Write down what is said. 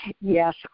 Yes